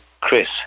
Chris